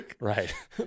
Right